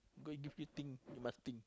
go and give you think you must think